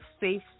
Safe